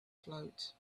float